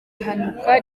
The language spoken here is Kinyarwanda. ihanurwa